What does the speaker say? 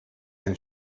and